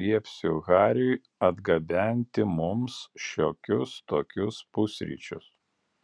liepsiu hariui atgabenti mums šiokius tokius pusryčius